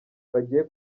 bagiye